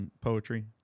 poetry